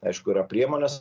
aišku yra priemonės